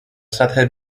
سطح